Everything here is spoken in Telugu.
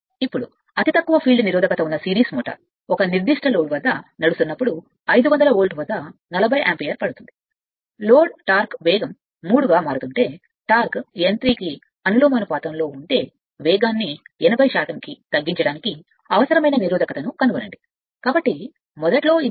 ఇప్పుడు అతి తక్కువ ఫీల్డ్ నిరోధకత ఉన్న సిరీస్ మోటారు ఒక నిర్దిష్ట లోడ్ వద్ద నడుస్తున్నప్పుడు 500 వోల్ట్ వద్ద 40 యాంపియర్ పడుతుంది లోడ్ టార్క్ వేగం మూడు గా మారుతుంటే టార్క్ n3కు అనులోమానుపాతంలో ఉంటే వేగాన్ని 80 కి తగ్గించడానికి అవసరమైన నిరోధకత ను కనుగొనండి కాబట్టి మొదట్లో ఇది n అయితే అది 0